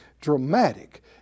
dramatic